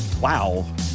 wow